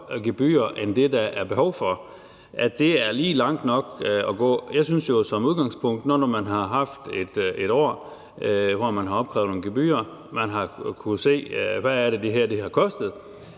gebyrer end det, der er behov for. Jeg synes jo som udgangspunkt, at man, når man nu har haft et år, hvor man har opkrævet nogle gebyrer og man har kunnet se, hvad det her har kostet,